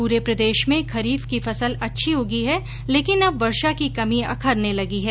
पूरे प्रदेश में खरीफ की फसल अच्छी उंगी है लेकिन अब वर्षा की कमी अखरने लगी है